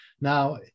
Now